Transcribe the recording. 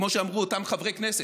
כמו שאמרו אותם חברי כנסת,